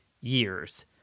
years